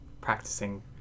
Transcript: practicing